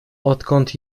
odkąd